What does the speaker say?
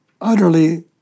utterly